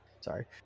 Sorry